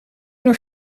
nog